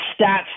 stats